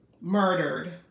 murdered